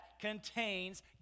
contains